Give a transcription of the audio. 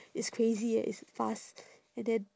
it's crazy eh it's fast and then